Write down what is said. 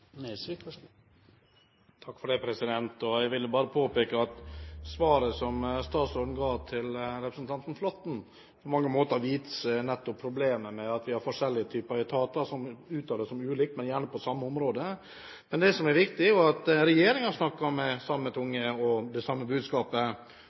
på mange måter viser nettopp problemet med at vi har forskjellige typer etater som uttaler seg ulikt, men gjerne om samme område. Men det som er viktig, er jo at regjeringen snakker med samme